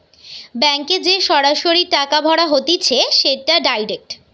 ব্যাংকে যে সরাসরি টাকা ভরা হতিছে সেটা ডাইরেক্ট